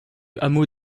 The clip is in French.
hameau